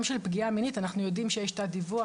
של פגיעה מינית אנחנו יודעים שיש תת-דיווח,